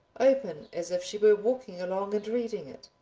open as if she were walking along and reading it.